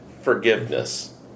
forgiveness